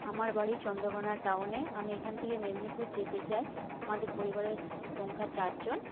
আমার বাড়ি চন্দ্রকোণা টাউনে আমি এখান থেকে মেদিনীপুর যেতে চাই আমাদের পরিবারের সংখ্যা চারজন